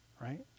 right